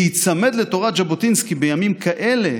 להיצמד לתורת ז'בוטינסקי בימים כאלה